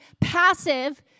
passive